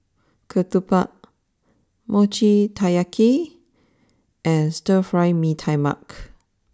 Ketupat Mochi Taiyaki and Stir Fry Mee Tai Mak